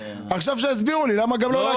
עכשיו שיסבירו לי למה לא גם להגדיל?